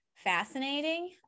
Fascinating